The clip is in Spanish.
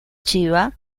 chiva